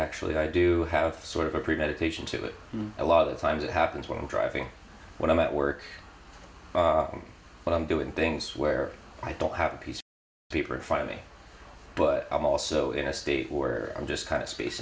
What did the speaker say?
actually i do have sort of a premeditation to it a lot of times it happens when i'm driving when i'm at work when i'm doing things where i don't have a piece of paper in front of me but i'm also in a state where i'm just kind of spac